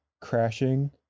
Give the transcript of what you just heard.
crashing